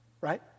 Right